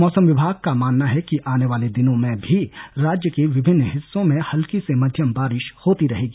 मौसम विभाग का मानना है कि आने वाले दिनों में भी राज्य के विभिन्न हिस्सों में हल्की से मध्यम बारिश होती रहेगी